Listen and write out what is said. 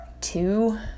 two